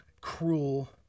cruel